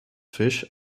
fish